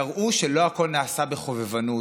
תראו שלא הכול נעשה בחובבנות,